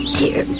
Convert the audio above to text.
dear